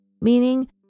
meaning